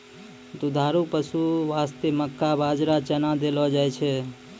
दुधारू पशु वास्तॅ मक्का, बाजरा, चना देलो जाय छै